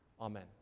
Amen